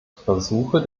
versuche